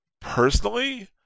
Personally